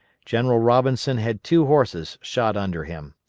general robinson had two horses shot under him.